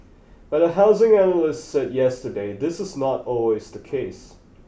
but a housing analyst said yesterday this is not always the case